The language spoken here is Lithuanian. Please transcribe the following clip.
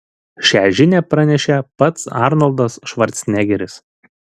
šią žinią pranešė pats arnoldas švarcnegeris